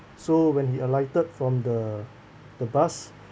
so when he alighted from the the bus